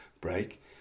break